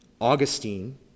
Augustine